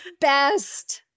best